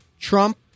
Trump